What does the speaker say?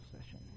session